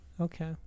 Okay